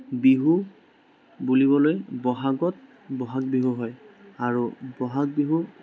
বিহু বুলিবলৈ বহাগত বহাগ বিহু হয় আৰু বহাগ বিহু